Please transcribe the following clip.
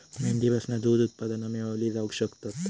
मेंढीपासना दूध उत्पादना मेळवली जावक शकतत